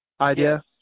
idea